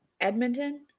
Edmonton